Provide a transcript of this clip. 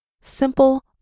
simple